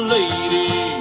lady